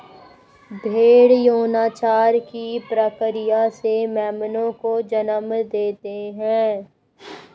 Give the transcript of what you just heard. भ़ेड़ यौनाचार की प्रक्रिया से मेमनों को जन्म देते हैं